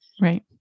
right